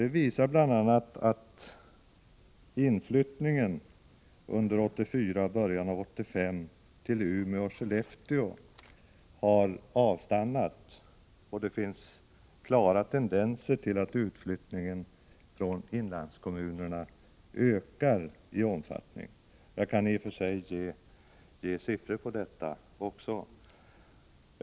Det visar bl.a. att inflyttningen under 1984 och början av 1985 till Umeå och Skellefteå har avstannat, och det finns en klar tendens till att utflyttningen från inlandskommunerna ökar i omfattning. Jag kan i och för sig ge siffror på detta också.